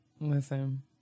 Listen